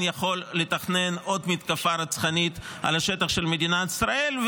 יכול לתכנן עוד מתקפה רצחנית על השטח של מדינת ישראל,